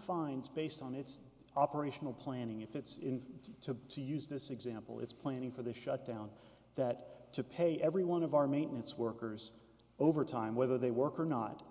finds based on its operational planning if it's in to to use this example it's planning for the shutdown that to pay every one of our maintenance workers overtime whether they work or not